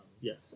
Yes